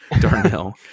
Darnell